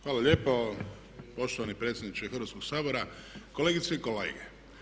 Hvala lijepo poštovani predsjedniče Hrvatskoga sabora, kolegice i kolege.